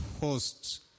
hosts